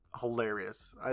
Hilarious